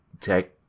tech